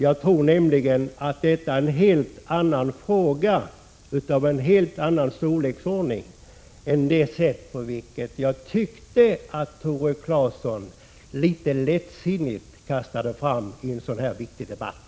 Jag anser nämligen att detta är en fråga av en helt annan storleksordning, och jag tyckte att Tore Claeson litet lättsinnigt kastade fram sitt exempel i en sådan här viktig debatt.